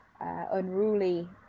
unruly